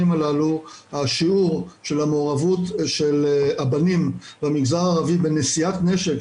הללו השיעור של המעורבות של הבנים במגזר הערבי בנשיאת נשק,